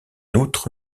outre